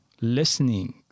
listening